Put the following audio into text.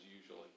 Usually